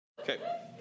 Okay